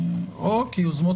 או כיוזמות